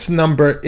number